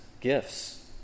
gifts